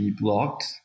blocked